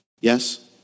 Yes